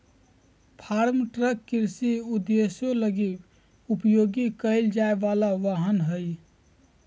farm truck कृषि उद्देश्यों लगी उपयोग कईल जाय वला वाहन हइ